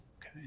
Okay